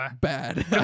bad